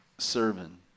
serving